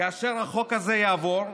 כאשר החוק הזה יעבור,